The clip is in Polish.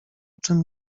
czym